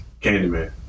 Candyman